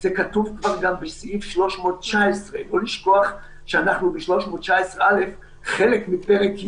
זה כתוב כבר גם בסעיף 319. בל נשכח שאנחנו בסעיף 319א שהוא חלק מפרק י'.